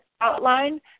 outline